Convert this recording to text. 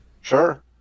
Sure